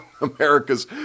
America's